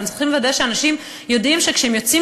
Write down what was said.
ואנחנו צריכים לוודא שאנשים יודעים שכשהם יוצאים